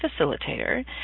Facilitator